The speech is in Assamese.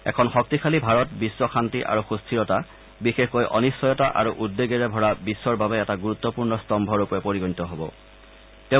এখন শক্তিশালী ভাৰত বিশ্ব শান্তি আৰু সুস্থিৰতা বিশেষকৈ অনিশ্চয়তা আৰু উদ্বেগেৰে ভৰা বিশ্বৰ বাবে এটা গুৰুত্বপূৰ্ণ স্তম্ভৰূপে পৰিগণিত হ'ব বুলিও তেওঁ প্ৰকাশ কৰে